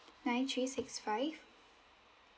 nine three six five